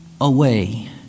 away